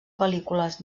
pel·lícules